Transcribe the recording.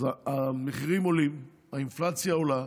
אז המחירים עולים, האינפלציה עולה.